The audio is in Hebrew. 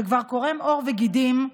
שכבר קורם עור וגידים,